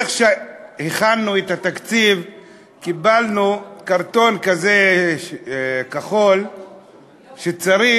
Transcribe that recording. כשהכנו את התקציב קיבלנו קרטון כזה כחול שצריך,